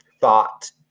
thought